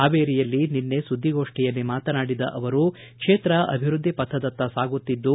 ಹಾವೇರಿಯಲ್ಲಿ ನಿನ್ನೆ ಸುದ್ದಿಗೋಷ್ಠಿಯಲ್ಲಿ ಮಾತನಾಡಿದ ಅವರು ಕ್ಷೇತ್ರ ಅಭಿವೃದ್ದಿ ಪಥದತ್ತ ಸಾಗುತ್ತಿದ್ದು